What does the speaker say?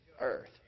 earth